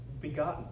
begotten